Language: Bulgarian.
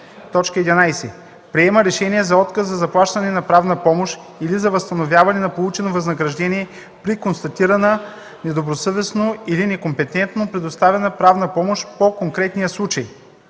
„11. приема решения за отказ за заплащане на правна помощ или за възстановяване на получено възнаграждение при констатирана недобросъвестно или некомпетентно предоставена правна помощ по конкретния случай;”.